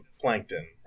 plankton